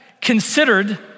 considered